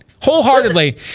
wholeheartedly